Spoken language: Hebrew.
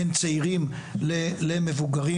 בין צעירים למבוגרים.